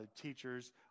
teachers